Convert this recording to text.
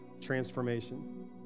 transformation